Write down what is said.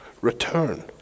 Return